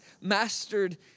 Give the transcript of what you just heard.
mastered